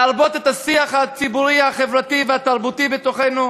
להרבות את השיח הציבורי החברתי והתרבותי בתוכנו.